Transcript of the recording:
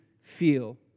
feel